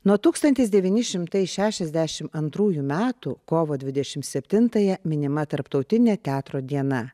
nuo tūkstantis devyni šimtai šešiasdešimt antrųjų metų kovo dvidešimt septintąją minima tarptautinė teatro diena